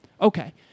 Okay